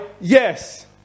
yes